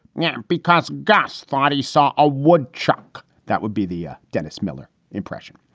yeah, because gas thought he saw a wood chunk. that would be the ah dennis miller impression.